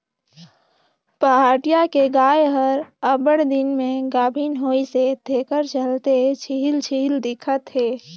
पहाटिया के गाय हर अब्बड़ दिन में गाभिन होइसे तेखर चलते छिहिल छिहिल दिखत हे